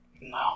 No